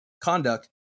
Conduct